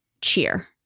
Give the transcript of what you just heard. cheer